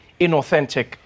inauthentic